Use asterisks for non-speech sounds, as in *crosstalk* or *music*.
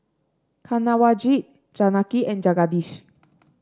Kanwaljit Janaki and Jagadish *noise*